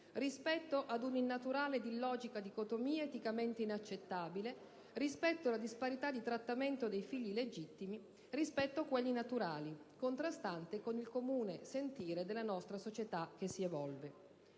rispetto ad un'innaturale ed illogica dicotomia, eticamente inaccettabile, con riguardo alla disparità di trattamento dei figli legittimi rispetto a quelli naturali, contrastante con il comune sentire della nostra società che si evolve.